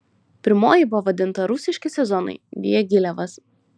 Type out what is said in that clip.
pirmoji pavadinta rusiški sezonai diagilevas